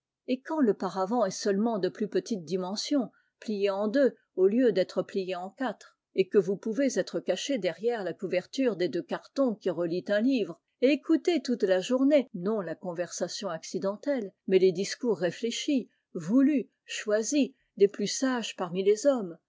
et quand le paravent est seulement de plus petite dimension plié en deux au lieu d'être plié en quatre et que vous pouvez être caché derrière la couverture des deux cartons qui relient un livre et écouter toute la journée non la conversation accidentelle mais les discours réfléchis voulus choisis des plus sages parmi les hommes